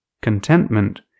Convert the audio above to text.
Contentment